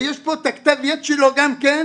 ויש פה את כתב היד שלו גם כן,